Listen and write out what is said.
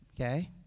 okay